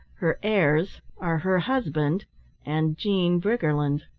her heirs are her husband and jean briggerland.